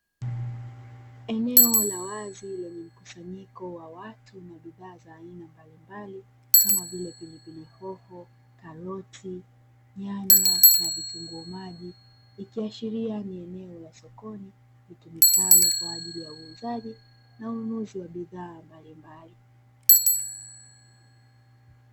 Eneo la wazi lenye mkusanyiko wa watu na bidhaa za aina mbalimbali, kama vile pilipili hoho, karoti, nyanya na vitunguu maji. Ikiashiria ni eneo la sokoni litumikalo kwa ajili ya uuzaji na ununuzi wa bidhaa mbalimbali.